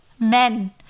Men